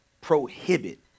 prohibit